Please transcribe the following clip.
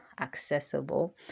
accessible